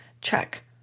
Check